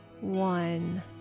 one